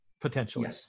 potentially